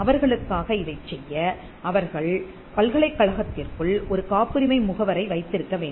அவர்களுக்காக இதைச் செய்ய அவர்கள் பல்கலைக்கழகத்திற்குள் ஒரு காப்புரிமை முகவரை வைத்திருக்க வேண்டும்